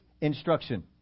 instruction